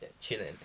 Chilling